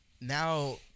now